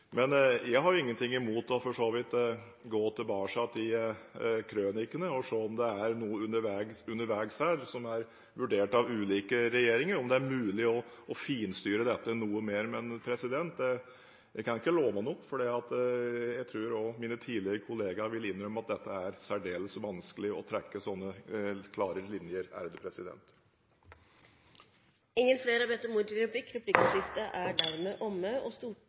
om det er noe som er vurdert av ulike regjeringer underveis – om det er mulig å finstyre det noe mer. Men jeg kan ikke love noe, for jeg tror at også mine tidligere kolleger vil innrømme at det er særdeles vanskelig å trekke så klare linjer. Replikkordskiftet er omme. Flere har ikke bedt om ordet til sak nr. 6. Etter ønske fra finanskomiteen vil presidenten foreslå at taletiden blir begrenset til 5 minutter til hvert parti og